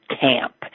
Camp